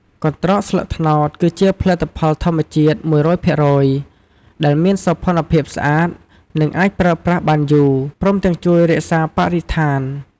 កន្ដ្រកស្លឹកត្នោតគឺជាផលិតផលធម្មជាតិ ១០០ភាគរយ ដែលមានសោភណភាពស្អាត និងអាចប្រើប្រាស់បានយូរ ព្រមទាំងជួយរក្សាបរិស្ថាន។